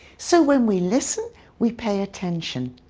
so when we listen we pay attention.